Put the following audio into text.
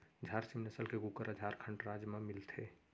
झारसीम नसल के कुकरा झारखंड राज म मिलथे